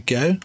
go